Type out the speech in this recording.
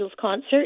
concert